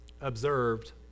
observed